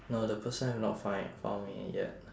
no the person have not find found me yet